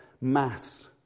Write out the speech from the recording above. mass